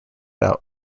out